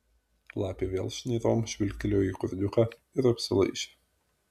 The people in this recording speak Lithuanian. lapė vėl šnairom žvilgtelėjo į kurdiuką ir apsilaižė